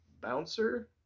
bouncer